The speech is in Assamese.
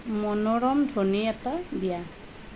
মনোৰম ধ্বনি এটা দিয়া